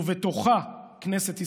ובהם כנסת ישראל,